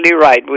right